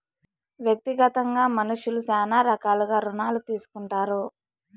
వ్యక్తిగతంగా మనుష్యులు శ్యానా రకాలుగా రుణాలు తీసుకుంటారు